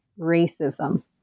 racism